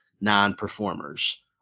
non-performers